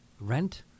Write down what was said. rent